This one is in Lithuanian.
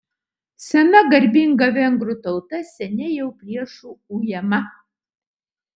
sena garbinga vengrų tauta seniai jau priešų ujama